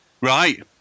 Right